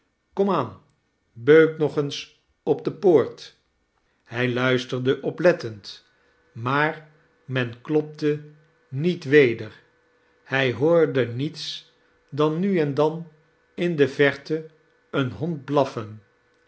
aan beuk nog eens op de poort hij luisterde oplettend maar men klopte niet weder hij hoorde niets dan nu en dan in de verte een hond blaffen